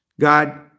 God